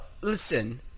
listen